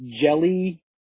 jelly